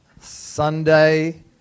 Sunday